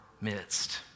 midst